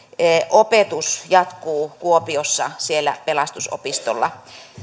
opetus jatkuu kuopiossa siellä pelastusopistolla